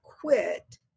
quit